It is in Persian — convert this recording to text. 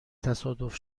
تصادف